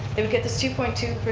it would get this two point two,